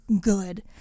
good